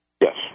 Yes